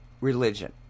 religion